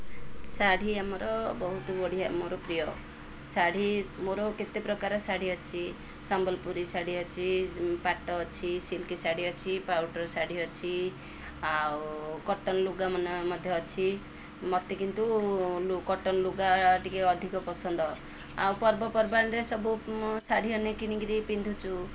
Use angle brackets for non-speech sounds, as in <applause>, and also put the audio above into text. ଶାଢ଼ୀ ଆମର ବହୁତ ବଢ଼ିଆ ମୋର ପ୍ରିୟ ଶାଢ଼ୀ ମୋର କେତେ ପ୍ରକାର ଶାଢ଼ୀ ଅଛି ସମ୍ବଲପୁରୀ ଶାଢ଼ୀ ଅଛି ପାଟ ଅଛି ସିଲ୍କ ଶାଢ଼ୀ ଅଛି <unintelligible> ଶାଢ଼ୀ ଅଛି ଆଉ କଟନ୍ ଲୁଗା ମଧ୍ୟ ଅଛି ମୋତେ କିନ୍ତୁ କଟନ୍ ଲୁଗା ଟିକେ ଅଧିକ ପସନ୍ଦ ଆଉ ପର୍ବପର୍ବାଣିରେ ସବୁ ଶାଢ଼ୀ କିଣି କରି ପିନ୍ଧୁଛି